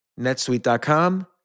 netsuite.com